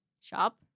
shop